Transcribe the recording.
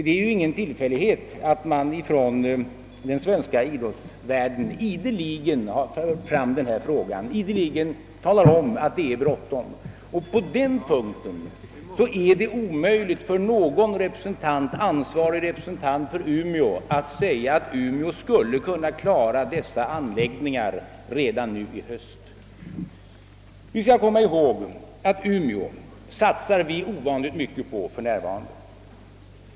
Det är ju ingen tillfällighet att man från den svenska idrottsvärlden ideligen fört fram denna fråga och ideligen talat om att det är bråttom. Det är omöjligt för någon ansvarig representant för Umeå att säga att Umeå skulle kunna ställa behövliga anläggningar till förfogande redan nu i höst. Vi skall komma ihåg att vi satsar ovanligt mycket på Umeå för närvarande.